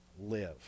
live